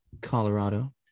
Colorado